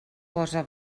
posa